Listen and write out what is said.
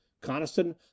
Coniston